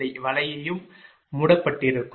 இந்த வளையம் மூடப்பட்டிருக்கும்